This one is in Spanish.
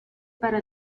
para